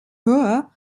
höher